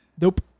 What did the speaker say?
Nope